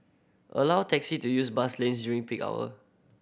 allow taxi to use bus lanes during peak hour